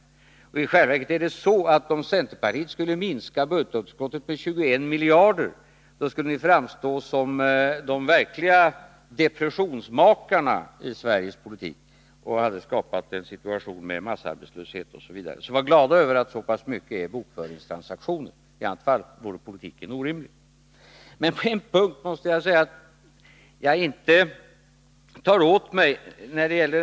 Dessutom är det i själva verket så, att om ni i centerpartiet skulle ha minskat budgetunderskottet med 21 miljarder, så hade ni framstått som de verkliga depressionsmakarna i Sveriges politik och skapat en situation med massarbetslöshet osv. Ni bör alltså vara glada över att så pass mycket är bokföringstransaktioner, för i annat fall vore politiken orimlig. På en punkt måste jag säga att jag inte tar åt mig, säger Nils Åsling.